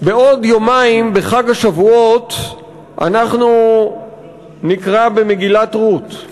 בעוד יומיים, בחג השבועות, אנחנו נקרא במגילת רות.